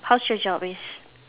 how's your job is